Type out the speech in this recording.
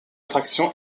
attraction